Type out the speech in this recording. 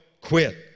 quit